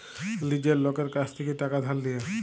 লীজের লকের কাছ থ্যাইকে টাকা ধার লিয়া